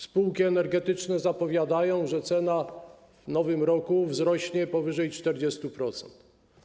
Spółki energetyczne zapowiadają, że cena w nowym roku wzrośnie powyżej 40%.